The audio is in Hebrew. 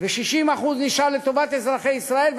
ו-60% נשאר לטובת אזרחי ישראל,